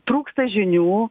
trūksta žinių